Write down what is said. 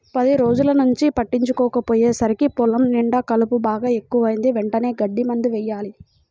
పది రోజుల్నుంచి పట్టించుకోకపొయ్యేసరికి పొలం నిండా కలుపు బాగా ఎక్కువైంది, వెంటనే గడ్డి మందు యెయ్యాల